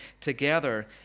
together